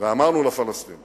ואמרנו לפלסטינים